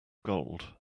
gold